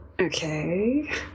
Okay